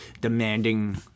demanding